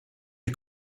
est